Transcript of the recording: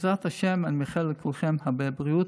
בעזרת השם, אני מאחל לכולכם הרבה בריאות.